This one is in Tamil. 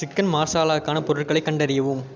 சிக்கன் மார்சலாக்கான பொருட்களைக் கண்டறியவும்